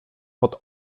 pod